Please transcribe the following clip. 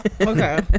Okay